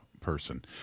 person